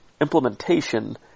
implementation